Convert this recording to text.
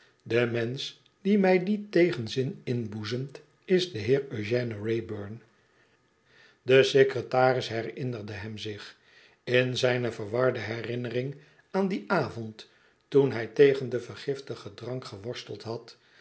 de mensch die mij dien tegenzin inboezemt is de heer eugène wraybum de secretaris herinnerde hem zich in zijne verwarde herinnering aan dien avond toen hij te en den vergiftigen drank geworsteld had